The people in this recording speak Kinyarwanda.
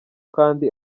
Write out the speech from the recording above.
kandi